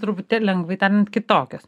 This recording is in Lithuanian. truputėlį lengvai tariant kitokios